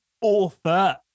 author